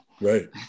right